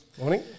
Morning